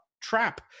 trap